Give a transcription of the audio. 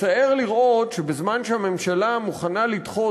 מצער לראות שבזמן שהממשלה מוכנה לדחות